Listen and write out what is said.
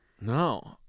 No